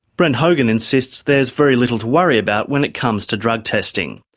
brent hogan insists there's very little to worry about when it comes to drug testing.